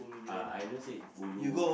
uh I don't say ulu